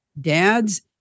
dads